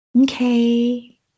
Okay